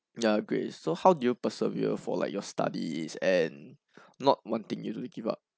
ya grace so how do you persevere for like your studies and not wanting you to give up